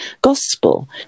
Gospel